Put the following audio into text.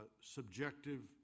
subjective